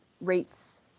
rates